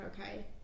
okay